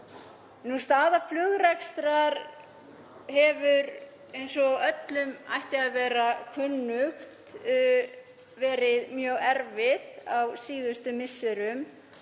Staða flugrekstrar hefur, eins og öllum ætti að vera kunnugt, verið mjög erfið á síðustu misserum.